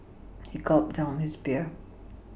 he gulped down his beer